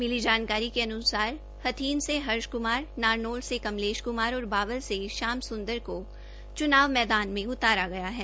मिली जानकारी के अनुसार हथीन से हर्ष कुमार नारनौल से कमलेश कुमार और बावल से शाम सुदंर को चुनाव मैदान में उतारा गया है